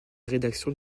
rédaction